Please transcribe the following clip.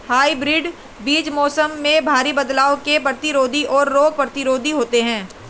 hybrid बीज मौसम में भारी बदलाव के प्रतिरोधी और रोग प्रतिरोधी होते हैं